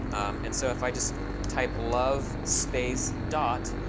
and so if i just type love space dot,